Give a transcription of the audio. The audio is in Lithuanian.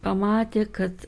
pamatė kad